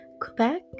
quebec